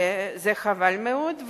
חבל מאוד.